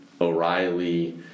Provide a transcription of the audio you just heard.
O'Reilly